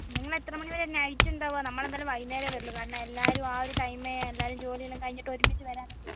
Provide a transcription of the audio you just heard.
നിങ്ങൾ എത്ര മണി വരെ നൈറ്റ് ഉണ്ടാവുക നമ്മൾ എന്തായാലും വൈകുന്നേരമേ വരുള്ളൂ കാരണം എല്ലാവരും ആ ഒരു ടൈമേ എല്ലാവരും ജോലി എല്ലാം കഴിഞ്ഞിട്ട് ഒരുമിച്ച് വരാൻ ഒക്കെയാണ്